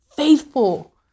faithful